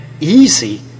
easy